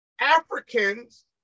Africans